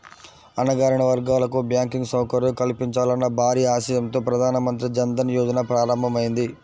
అణగారిన వర్గాలకు బ్యాంకింగ్ సౌకర్యం కల్పించాలన్న భారీ ఆశయంతో ప్రధాన మంత్రి జన్ ధన్ యోజన ప్రారంభమైంది